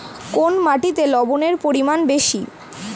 কোন মাটিতে লবণের পরিমাণ বেশি?